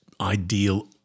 ideal